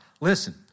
Listen